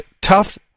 tough